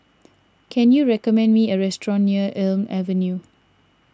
can you recommend me a restaurant near Elm Avenue